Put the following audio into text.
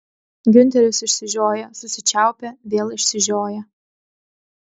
giunteris išsižioja susičiaupia vėl išsižioja